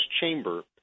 chamber